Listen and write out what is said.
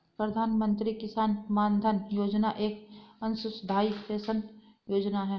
प्रधानमंत्री किसान मानधन योजना एक अंशदाई पेंशन योजना है